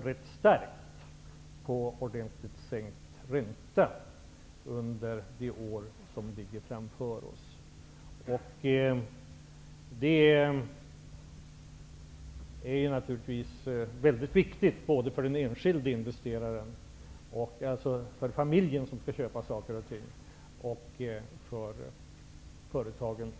tror starkt på en ordentligt sänkt ränta under de kommande åren. Det är naturligtvis viktigt både för den enskilde investeraren, alltså för familjen, och för företagen.